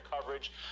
coverage